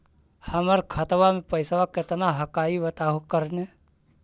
हमर खतवा में पैसा कितना हकाई बताहो करने?